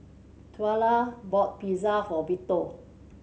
Twyla bought Pizza for Vito